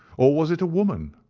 or was it a woman?